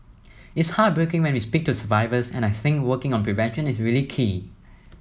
it's heartbreaking when we speak to survivors and I think working on prevention is really key